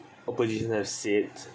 opposition had said